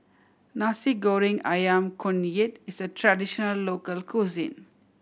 Nasi Goreng Ayam Kunyit is a traditional local cuisine